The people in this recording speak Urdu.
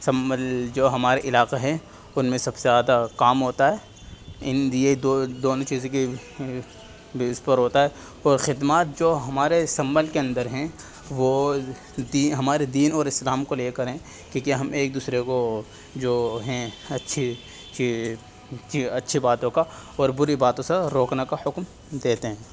سمبل جو ہمارے علاقہ ہے ان میں سب سے زیادہ کام ہوتا ہے ان یہ دو دونوں چیزیں کی بیس پر ہوتا ہے اور خدمات جو ہمارے سمبل کے اندر ہیں وہ ہمارے دین اور اسلام کو لے کر ہیں کہ کیا ہم ایک دوسرے کو جو ہیں اچھی کہ کہ اچھی باتوں کا اور بری باتوں سا روکنے کا حکم دیتے ہیں